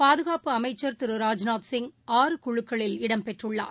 பாதுகாப்பு அமைச்சர் திரு ராஜ்நாத்சிங் ஆறு குழுக்களில் இடம்பெற்றுள்ளார்